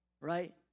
Right